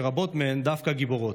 שרבים מהם הם דווקא גיבורות,